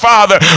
Father